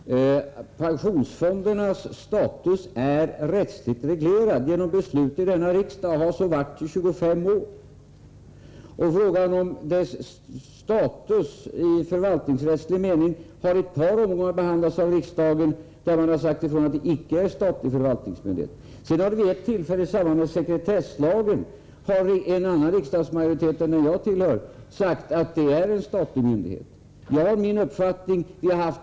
Herr talman! Pensionsfondernas status är rättsligt reglerad genom beslut här i riksdagen, och har så varit i 25 år. Frågan om deras status i förvaltningsrättslig mening har i ett par omgångar behandlats av riksdagen. Man har då sagt att de icke är en statlig förvaltningsmyndighet. Vid ett tillfälle, nämligen i samband med att sekretesslagen behandlades, har en annan riksdagsmajoritet än den jag tillhör uttalat att pensionsfonderna är en statlig myndighet. Jag har min uppfattning, och f.ö.